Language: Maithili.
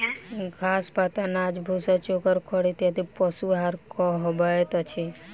घास, पात, अनाज, भुस्सा, चोकर, खड़ इत्यादि पशु आहार कहबैत अछि